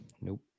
Nope